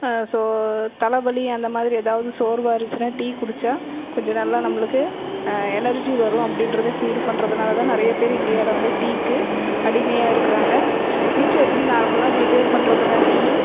so தல வலி அந்த மாதிரி எதாவது சோர்வாக இருந்துச்சுன்னா டீ குடிச்சால் கொஞ்சம் நல்லா நம்மளுக்கு எனர்ஜி வரும் அப்படின்றது ஃபீல் பண்ணுறதுனால தான் நிறைய பேர் இண்டியாவில வந்து டீக்கு அடிமையாக இருக்குறாங்க வீட்ல எப்படி நார்மலா ப்ரிப்பேர் பண்ணுறதுன்னா டீயை